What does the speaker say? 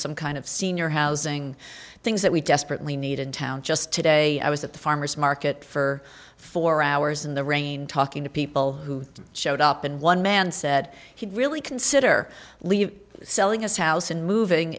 some kind of senior housing things that we desperately need in town just today i was at the farmer's market for four hours in the rain talking to people who showed up and one man said he'd really consider leaving selling us house and moving